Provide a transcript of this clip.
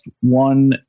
one